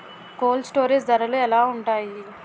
Cold storage ధరలు ఎలా ఉంటాయి?